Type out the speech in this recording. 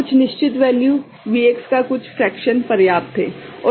तो कुछ निश्चित वैल्यू Vx का कुछ फ्रेक्शन पर्याप्त है